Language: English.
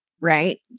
right